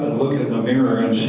look in the mirror